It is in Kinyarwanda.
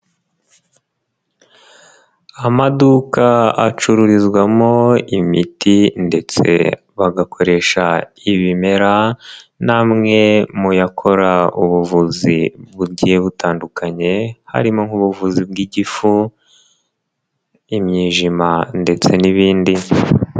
Amaduka acururizwamo imiti ndetse bagakoresha ibimera, ni amwe mu yakora ubuvuzi bugiye butandukanye, harimo nk'ubuvuzi bw'igifu, imyijima ndetse n'ibindi.